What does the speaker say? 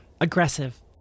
Aggressive